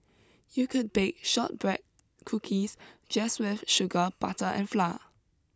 you could bake shortbread cookies just with sugar butter and flour